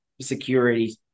security